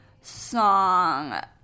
song